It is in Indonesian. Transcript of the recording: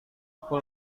aku